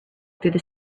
through